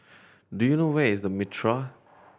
do you know where is The Mitraa